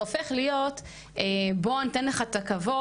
אבל כשזה הופך להיות "בוא אני אתן לך את הכבוד",